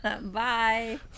Bye